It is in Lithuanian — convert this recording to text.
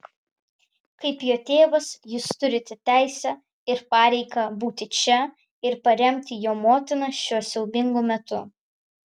kaip jo tėvas jūs turite teisę ir pareigą būti čia ir paremti jo motiną šiuo siaubingu metu